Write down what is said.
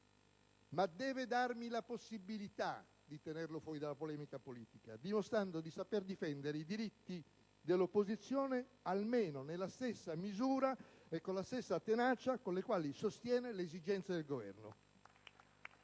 Ma deve darmi la possibilità di tenerlo fuori della polemica politica dimostrando di saper difendere i diritti dell'opposizione, almeno nella stessa misura e con la stessa tenacia con le quali sostiene le esigenze del Governo.